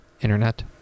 internet